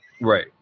Right